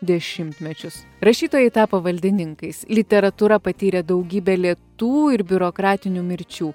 dešimtmečius rašytojai tapo valdininkais literatūra patyrė daugybę lėtų ir biurokratinių mirčių